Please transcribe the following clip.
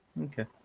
Okay